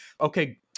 Okay